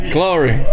Glory